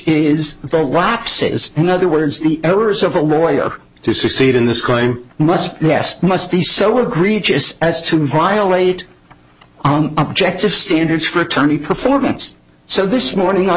lapses in other words the errors of a lawyer to succeed in this crime must yes just be so agreed just as to violate on objective standards for attorney performance so this morning i